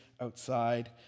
outside